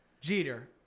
Jeter